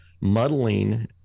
muddling